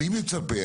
מצפה.